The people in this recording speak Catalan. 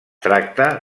tracta